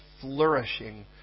flourishing